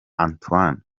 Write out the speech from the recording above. antoine